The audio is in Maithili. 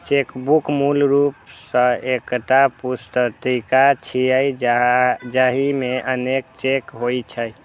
चेकबुक मूल रूप सं एकटा पुस्तिका छियै, जाहि मे अनेक चेक होइ छै